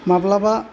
माब्लाबा